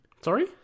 Sorry